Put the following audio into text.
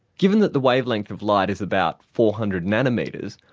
given that the wavelength of light is about four hundred nanometres,